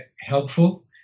helpful